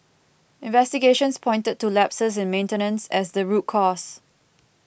investigations pointed to lapses in maintenance as the root cause